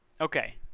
Okay